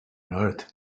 earth